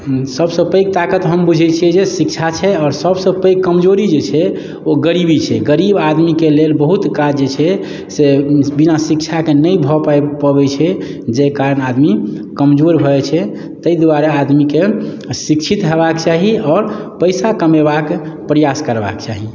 सभसँ पैघ ताकत हम बुझैत छियै जे शिक्षा छै आओर सभसँ पैघ कमजोरी जे छै ओ गरीबी छै गरीब आदमीके लेल बहुत काज जे छै से बिना शिक्षाके नहि भऽ पाबि पबैत छै जाहि कारण आदमी कमजोर भऽ जाइत छै ताहि दुआरे आदमीकेँ शिक्षित हेबाक चाही आओर पैसा कमेबाक प्रयास करबाक चाही